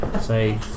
say